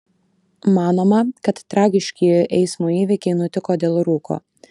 manoma kad tragiški eismo įvykiai nutiko dėl rūko